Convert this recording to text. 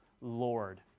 Lord